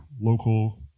local